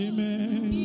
Amen